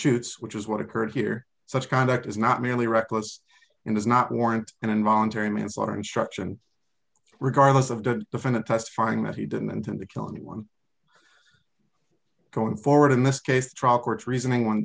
shoots which is what occurred here such conduct is not merely reckless and does not warrant an involuntary manslaughter instruction regardless of the defendant testifying that he didn't intend to kill anyone going forward in this case trial court reasoning one